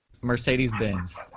Mercedes-Benz